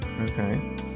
okay